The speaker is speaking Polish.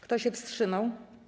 Kto się wstrzymał?